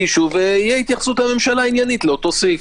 תגישו ותהיה התייחסות עניינית בממשלה לאותו סעיף.